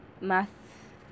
math